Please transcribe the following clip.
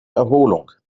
erholung